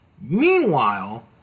Meanwhile